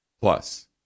Plus